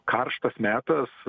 karštas metas